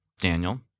Daniel